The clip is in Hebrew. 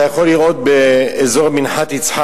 אתה יכול לראות באזור מנחת-יצחק,